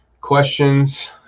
questions